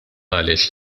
qalet